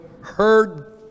heard